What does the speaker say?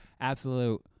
absolute